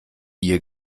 ihr